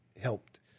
helped